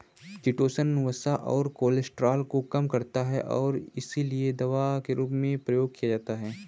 chitosan वसा और cholesterol को कम करता है और इसीलिए दवा के रूप में प्रयोग किया जाता है